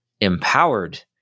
empowered